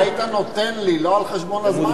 אם היית נותן לי לא על חשבון הזמן שלו,